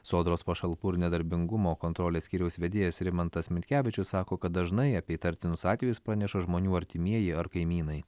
sodros pašalpų ir nedarbingumo kontrolės skyriaus vedėjas rimantas mitkevičius sako kad dažnai apie įtartinus atvejus praneša žmonių artimieji ar kaimynai